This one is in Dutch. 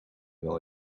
wel